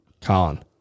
Colin